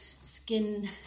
skin